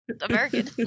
American